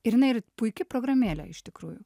ir jinai ir puiki programėlė iš tikrųjų